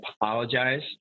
apologize